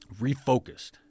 refocused